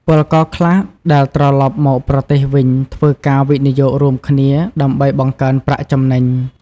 ពលករខ្លះដែលត្រឡប់មកប្រទេសវិញធ្វើការវិនិយោគរួមគ្នាដើម្បីបង្កើនប្រាក់ចំណេញ។